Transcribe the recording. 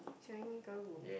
Changi cargo